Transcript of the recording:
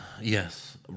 Yes